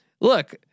look